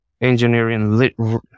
engineering